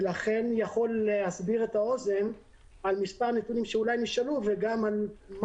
ולכן יכול לסבר את האוזן על מספר נתונים שנשאלו ועל מה